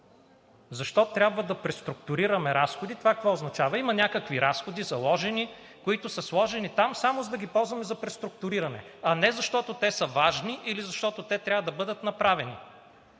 Защо трябва да преструктурираме разходи? Това какво означава? Има някакви разходи, заложени, които са сложени там само за да ги ползваме за преструктуриране, а не защото са важни или защото трябва да бъдат направени.